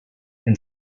and